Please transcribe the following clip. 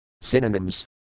Synonyms